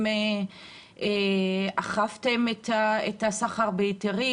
אכפתם את הסחר בהיתרים.